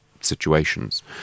situations